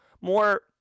more